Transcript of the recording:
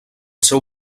seu